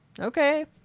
Okay